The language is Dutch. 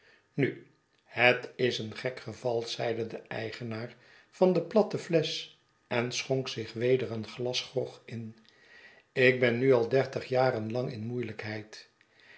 nu het is een gek geval zeide de eigenaar van de platte flesch en schonk zich weer een glas grog in ik ben nu al dertig jaren lang in moeielijkheid